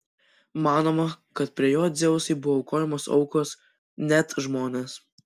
manoma kad prie jo dzeusui buvo aukojamos aukos net žmonės